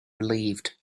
relieved